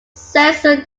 sensor